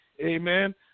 amen